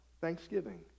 Thanksgiving